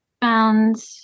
found